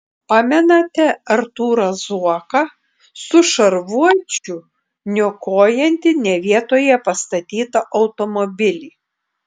pamenate artūrą zuoką su šarvuočiu niokojantį ne vietoje pastatytą automobilį